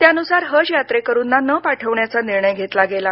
त्या नुसार हज यात्रेकरूना न पाठवण्याचा निर्णय घेतला गेला